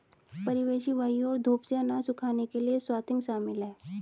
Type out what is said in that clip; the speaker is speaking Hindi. परिवेशी वायु और धूप से अनाज सुखाने के लिए स्वाथिंग शामिल है